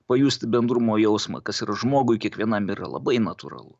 pajusti bendrumo jausmą kas yra žmogui kiekvienam yra labai natūralu